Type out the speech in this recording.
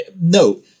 no